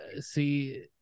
see